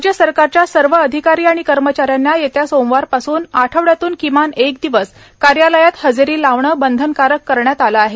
राज्य सरकारच्या सर्व अधिकारी आणि कर्मचाऱ्यांना येत्या सोमवारपासून आठवड्यातून किमान एक दिवस कार्यालयात हजेरी लावणं बंधनकारक करण्यात आलं आहे